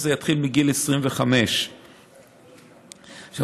וזה יתחיל מגיל 25. עכשיו,